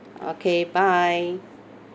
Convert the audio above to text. okay bye